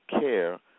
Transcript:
care